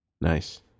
Nice